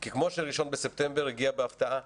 כי כמו ש-1 בספטמבר הגיע בהפתעה,